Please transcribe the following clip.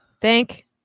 Thank